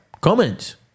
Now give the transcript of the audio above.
comment